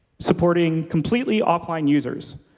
supporting completely online users?